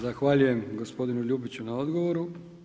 Zahvaljujem gospodinu Ljubiću na odgovoru.